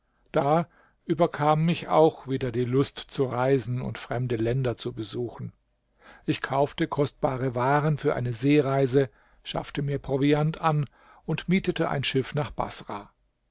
da überkam mich auch wieder die lust zu reisen und fremde länder zu besuchen ich kaufte kostbare waren für eine seereise schaffte mir proviant an und mietete ein schiff nach baßrah